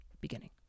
beginning